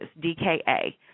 DKA